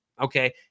Okay